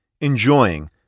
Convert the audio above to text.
enjoying